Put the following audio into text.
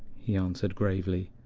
he answered gravely.